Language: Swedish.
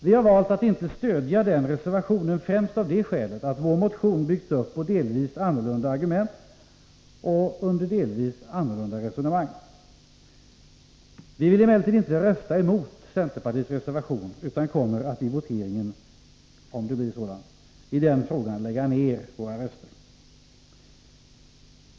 Vi har valt att inte stödja denna reservation, främst av det skälet att vår motion har byggts upp på delvis annorlunda argument och resonemang. Vi vill emellertid inte rösta emot centerpartiets reservation utan kommer i voteringen — om det blir någon sådan — i den frågan att lägga ner våra röster.